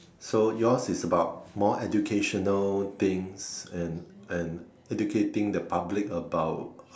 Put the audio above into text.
so yours is about more educational things and and educating the public about how